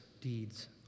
deeds